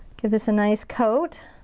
give this a nice coat